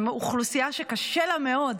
הם אוכלוסייה שקשה לה מאוד,